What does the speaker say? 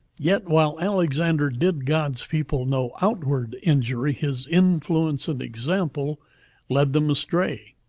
yet while alexander did god's people no outward injury, his influence and example led them astray.